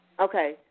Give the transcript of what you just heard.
Okay